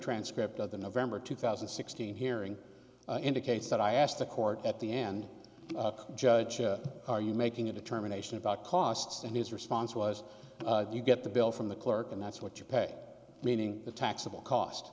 transcript of the november two thousand and sixteen hearing indicates that i asked the court at the end of judge are you making a determination about costs and his response was you get the bill from the clerk and that's what you pay meaning the taxable cost